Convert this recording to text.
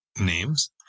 names